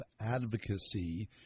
advocacy